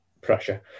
pressure